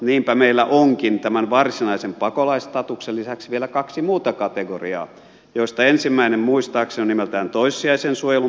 niinpä meillä onkin tämän varsinaisen pakolaisstatuksen lisäksi vielä kaksi muuta kategoriaa joista ensimmäinen muistaakseni on nimeltään toissijaisen suojelun perusteella